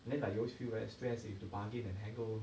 and then like you always feel very stress you have to bargain and